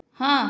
ହଁ